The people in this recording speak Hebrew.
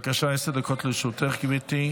בבקשה, עשר דקות לרשותך, גברתי.